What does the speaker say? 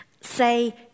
say